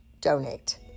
donate